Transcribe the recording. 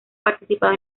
participado